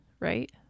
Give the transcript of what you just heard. right